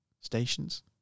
stations